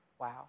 Wow